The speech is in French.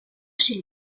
chez